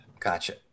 Gotcha